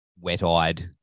wet-eyed